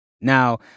Now